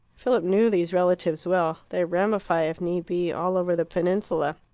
philip knew these relatives well they ramify, if need be, all over the peninsula.